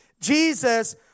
Jesus